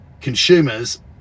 consumers